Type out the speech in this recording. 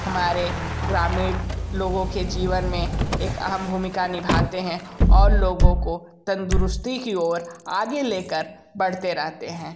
हमारे ग्रामीण लोगों के जीवन में एक अहम भूमिका निभाते हैं और लोगों को तंदुरुस्ती की ओर आगे लेकर बढ़ते रहते हैं